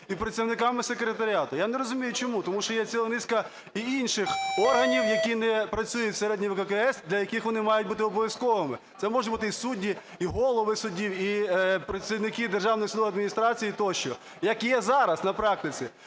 і працівниками секретаріату. Я не розумію, чому. Тому що є ціла низка інших органів, які не працюють всередині ВККС, для яких вони мають бути обов'язковими. Це можуть бути і судді, і голови судів, і працівники державних служб, адміністрацій тощо, як є зараз на практиці.